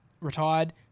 retired